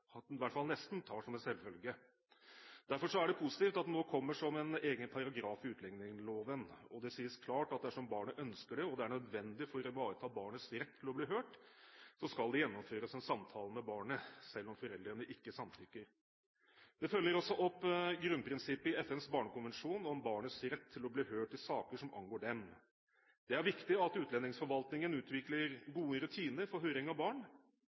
fall nesten tar som en selvfølge. Derfor er det positivt at den nå kommer som en egen paragraf i utlendingsloven. Og det sies klart at dersom barnet ønsker det og det er nødvendig for å ivareta barnets rett til å bli hørt, skal det gjennomføres en samtale med barnet, selv om foreldrene ikke samtykker. Det følger også opp grunnprinsippet i FNs barnekonvensjon om barnets rett til å bli hørt i saker som angår dem. Det er viktig at utlendingsforvaltningen utvikler gode rutiner for høring av barn.